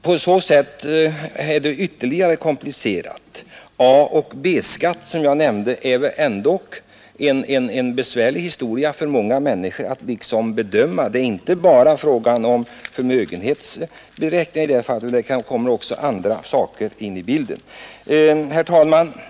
Därmed är det hela ytterligare komplicerat. Att bedöma frågan om A och B-skatt som jag nämnde är väl ändock en besvärlig historia för många människor. Det gäller inte bara förmögenhet i detta fall. Även annan inkomst kan komma in i bilden. Herr talman!